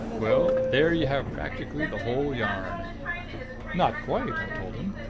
well, there you have practically the whole yarn not quite i told him.